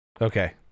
okay